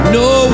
no